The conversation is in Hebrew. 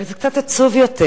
אבל זה קצת עצוב יותר,